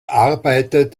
arbeitet